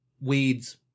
Weeds